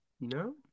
No